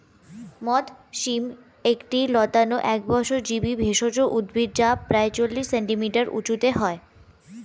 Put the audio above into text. মথ শিম একটি লতানো একবর্ষজীবি ভেষজ উদ্ভিদ যা প্রায় চল্লিশ সেন্টিমিটার উঁচু হয়